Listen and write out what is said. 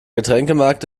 getränkemarkt